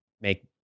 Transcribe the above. make